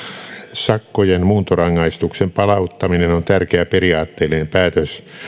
sakkojen muuntorangaistuksen palauttaminen on on tärkeä periaatteellinen päätös